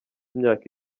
imyaka